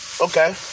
Okay